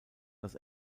los